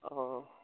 অঁ